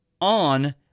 on